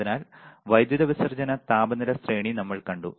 അതിനാൽ വൈദ്യുതി വിസർജ്ജന താപനില ശ്രേണി നമ്മൾ കണ്ടു